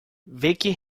vicky